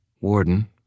Warden